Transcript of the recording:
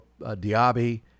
Diaby